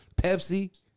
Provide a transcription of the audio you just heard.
Pepsi